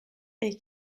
est